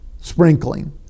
sprinkling